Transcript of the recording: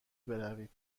بروید